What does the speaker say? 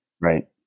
Right